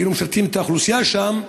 ששירתו את האוכלוסייה שם,